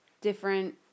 different